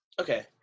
Okay